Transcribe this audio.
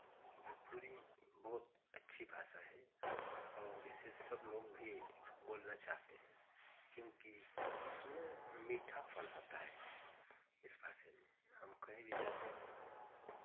भोजपुरी बहुत अच्छी भाषा है और इसे सब लोग भी बोलना चाहते हैं क्योंकि इसमें मीठापन आता है इस भाषे में हम कहीं भी जाते हैं